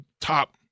top